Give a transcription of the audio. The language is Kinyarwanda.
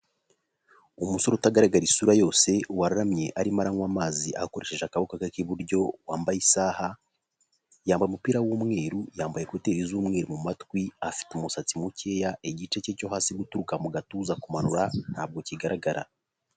Umusore utagaragara isura yose wararamye arimo aranywa amazi akoresheje akaboko k'iburyo wambaye isaha, yambaye umupira w'umweru yambaye na koteri z'umweru mu matwi, afite umusatsi mukeya igice cye cyo hasi guturuka mu gatuza kumanura ntabwo kigaragara.